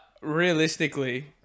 realistically